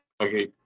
Okay